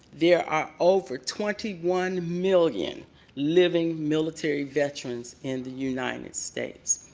there are over twenty one million living military veterans in the united states.